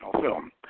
film